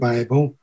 Bible